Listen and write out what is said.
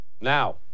Now